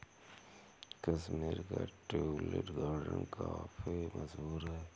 कश्मीर का tulip garden काफी मशहूर है